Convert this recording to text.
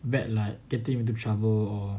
bad like getting into trouble or